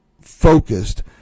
focused